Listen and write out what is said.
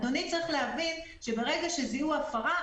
אדוני צריך להבין שברגע שזיהו הפרה,